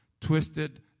twisted